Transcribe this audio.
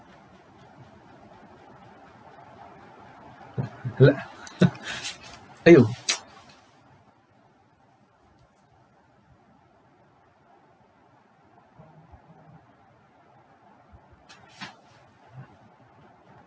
!aiyo!